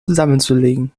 zusammenzulegen